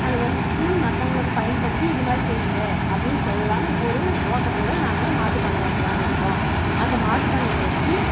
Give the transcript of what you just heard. அது வந்து மற்றவங்களுக்கு பயன்படுத்தி இந்த மாதிரி செய்யுங்க அப்படின்னு சொல்லலாம்னு ஒரு நோக்கத்தோடு நாங்கள் மாட்டு பண்ண வைக்கலாம்னு இருக்கோம் அந்த மாட்டுப் பண்ணையை வச்சு